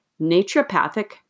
naturopathic